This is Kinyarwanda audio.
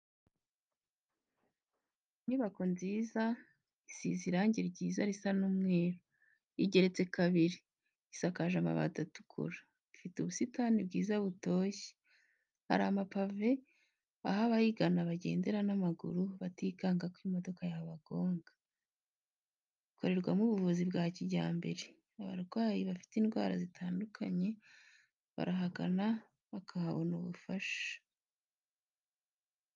Inyubako nziza, isize irangi ryiza risa umweru, igeretse kabiri, isakaje amabati atukura, ifite ubusitani bwiza butoshye, hari amapave aho abayigana bagendera n'amaguru batikanga ko imodoka yabagonga. Ikorerwamo ubuvuzi bwa kijyambere, abarwayi bafite indwara zitandukanye barahagana bakabona ubufasha.